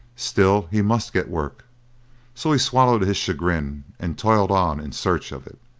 still, he must get work so he swallowed his chagrin, and toiled on in search of it.